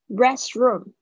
restroom 。